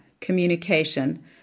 communication